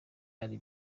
ari